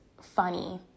funny